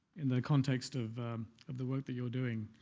in the context of of the work that you're doing.